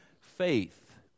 faith